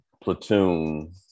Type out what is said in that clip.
platoon